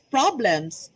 problems